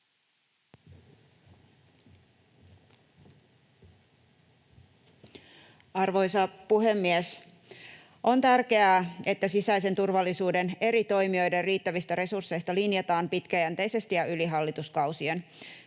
Arvoisa puhemies! On tärkeää, että sisäisen turvallisuuden eri toimijoiden riittävistä resursseista linjataan pitkäjänteisesti ja yli hallituskausien.